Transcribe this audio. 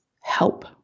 help